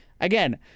again